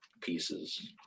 pieces